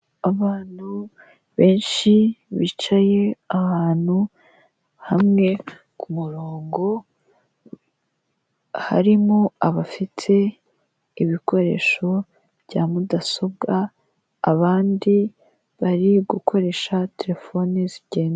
Abantu benshi bicaye ahantu hamwe ku murongo, harimo abafite ibikoresho bya mudasobwa abandi bari gukoresha telefoni zigendanwa.